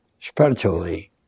spiritually